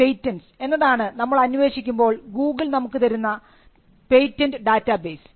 compatents എന്നതാണ് നമ്മൾ അന്വേഷിക്കുമ്പോൾ ഗൂഗിൾ നമുക്ക് തരുന്ന പേറ്റന്റ് ഡാറ്റാബേസ്